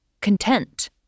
content